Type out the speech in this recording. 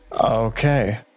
Okay